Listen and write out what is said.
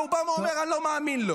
אובאמה אומר: אני לא מאמין לו.